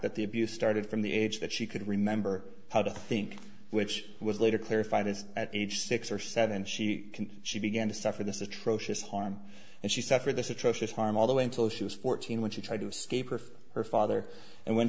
that the abuse started from the age that she could remember how to think which was later clarified as at age six or seven she can she began to suffer this atrocious harm and she suffered this atrocious harm all the way until she was fourteen when she tried to escape or for her father and when